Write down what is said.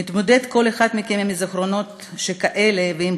כל אחד מכם מתמודד עם זיכרונות שכאלה ועם